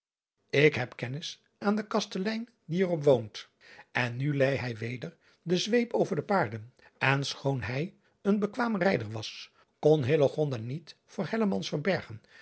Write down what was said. k heb kennis aan den astelein die er op woont en nu leî hij weder de zweep over driaan oosjes zn et leven van illegonda uisman de paarden en schoon hij een bekwaam rijder was kon niet voor